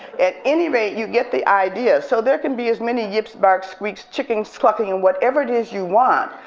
at any rate, you get the idea. so there can be as many yips barks, squeaks, chicken clucking, and whatever it is you want,